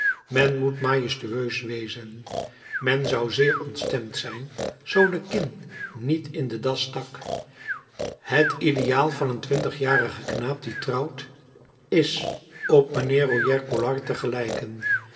men moet majestueus wezen men zou zeer ontstemd zijn zoo de kin niet in de das stak het ideaal van een twintigjarigen knaap die trouwt is op mijnheer royer collard te gelijken